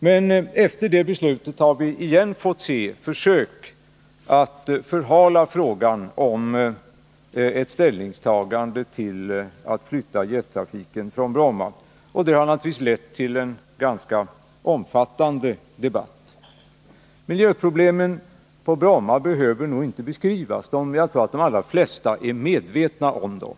Men efter det beslutet har vi återigen fått se försök att förhala frågan om ett ställningstagande till att flytta jettrafiken från Bromma. Det har naturligtvis lett till en ganska omfattande debatt. Miljöproblemen på Bromma behöver nog inte beskrivas, jag antar att de allra flesta är medvetna om dem.